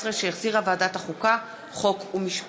הצעת חוק הרשויות המקומיות (בחירות)